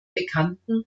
bekannten